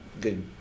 good